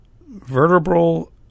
vertebral